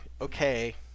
okay